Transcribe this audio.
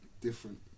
different